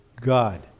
God